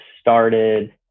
started